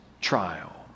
trial